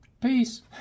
peace